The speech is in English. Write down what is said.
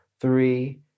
three